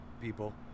people